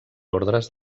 ordres